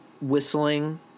whistling